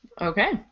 Okay